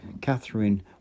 Catherine